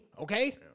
Okay